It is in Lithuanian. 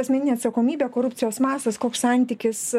asmeninė atsakomybė korupcijos mastas koks santykis